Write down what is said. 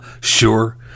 sure